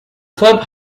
club